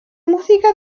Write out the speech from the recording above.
música